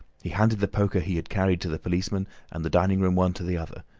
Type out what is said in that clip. he handed the poker he had carried to the policeman and the dining-room one to the other.